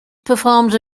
performs